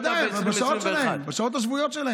בוודאי, בשעות שלהם, בשעות השבועיות שלהם.